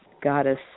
goddess